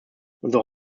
unsere